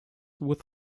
with